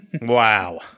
Wow